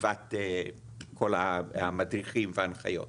וכתיבת כל המדריכים וההנחיות.